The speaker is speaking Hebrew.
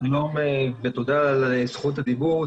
שלום ותודה על זכות הדיבור.